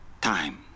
time